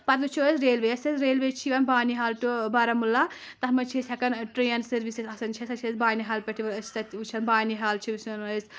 پتہٕ وٕچھو أسۍ ریلوے یَتھ أسۍ ریلوے چھِ یِوان بانی ہال ٹُو بارہمولہ تَتھ منٛز چھِ أسۍ ہؠکان ٹرین سٔروِس آسان چھِ سۄ چھِ أسۍ بانہِ حال پؠٹھ أسۍ تَتہِ وٕچھان بانی ہال چھِ وٕچھان أسۍ